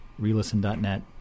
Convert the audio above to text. relisten.net